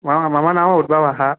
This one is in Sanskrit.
मम मम नाम उद्बवः